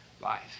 life